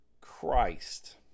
Christ